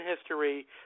history